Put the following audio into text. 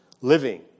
living